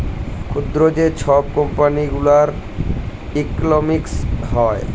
ক্ষুদ্র যে ছব কম্পালি গুলার ইকলমিক্স হ্যয়